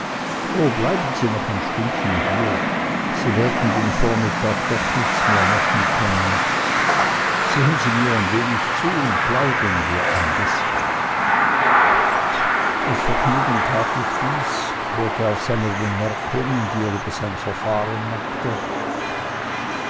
oh bleiben sie noch ein stündchen hier sie werden den vormittag doch nichts mehr machen können sehen sie mir ein wenig zu und plaudern wir ein bißchen mit vergnügen tat ich dies hörte auf seine bemerkungen die er über sein verfahren machte